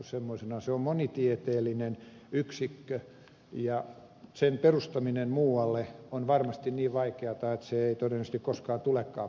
se on monitieteellinen yksikkö ja sen perustaminen muualle on varmasti niin vaikeata että se ei todennäköisesti koskaan tulekaan perustettua